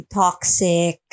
toxic